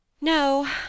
No